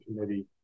committee